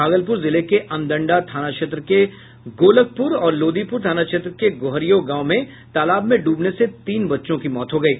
भागलपुर जिले के अमडंडा थाना क्षेत्र के गोलकपुर और लोदीपुर थाना क्षेत्र के गोहरियो गांव मे तालाब मे डूबने से तीन बच्चों की मौत हो गयी